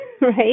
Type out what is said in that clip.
right